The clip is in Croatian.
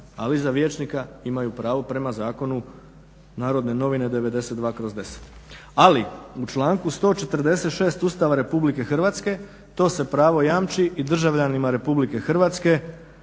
ali za vijećnika imaju pravo prema zakonu Narodne novine 92/10. Ali u članku 146. Ustava RH to se pravo jamči i državljanima RH dakle